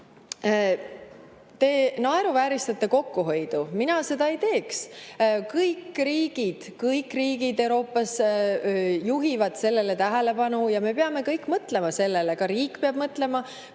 naeruvääristate kokkuhoidu. Mina seda ei teeks. Kõik riigid Euroopas juhivad sellele tähelepanu ja me peame kõik mõtlema sellele, ka riik peab mõtlema,